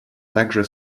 также